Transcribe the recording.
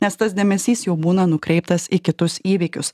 nes tas dėmesys jau būna nukreiptas į kitus įvykius